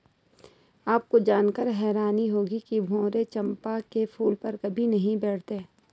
आपको जानकर हैरानी होगी कि भंवरे चंपा के फूल पर कभी नहीं बैठते